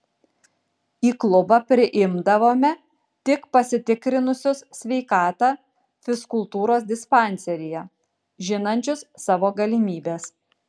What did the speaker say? į klubą priimdavome tik pasitikrinusius sveikatą fizkultūros dispanseryje žinančius savo galimybes